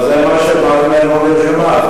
מה זאת אומרת לא נרשמה?